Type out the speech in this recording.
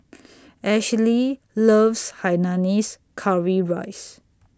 Ashely loves Hainanese Curry Rice